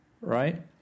Right